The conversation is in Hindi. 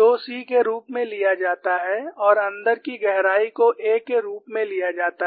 2 c के रूप में लिया जाता है और अंदर की गहराई को a के रूप में लिया जाता है